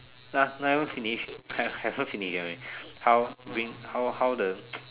ah never finish hav~ haven't finish okay how how how the